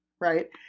right